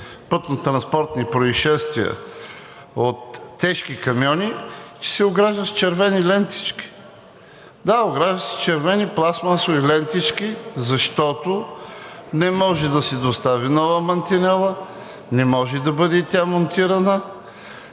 пътнотранспортни произшествия от тежки камиони, се ограждат с червени лентички. Да, ограждат се с червени пластмасови лентички, защото не може да се достави нова мантинела, не може и тя да бъде монтирана.